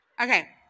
Okay